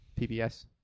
PBS